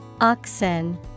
Oxen